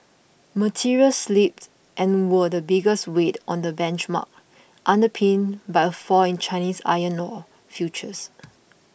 materials slipped and were the biggest weight on the benchmark underpinned by a fall in Chinese iron ore futures